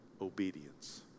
obedience